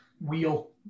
Wheel